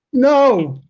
no,